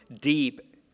deep